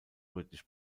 rötlich